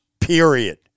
period